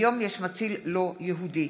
היום יש מציל לא יהודי.